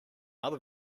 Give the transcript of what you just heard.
other